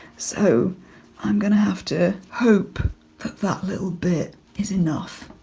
so i'm going to have to hope that that little bit is enough.